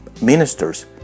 ministers